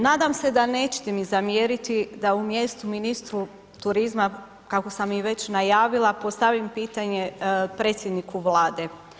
Nadam se da mi nećete zamjeriti da umjesto ministru turizma kako sam već najavila postavim pitanje predsjedniku Vlade.